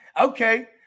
Okay